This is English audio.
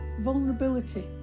vulnerability